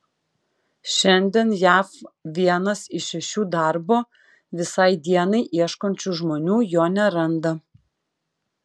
šiandien jav vienas iš šešių darbo visai dienai ieškančių žmonių jo neranda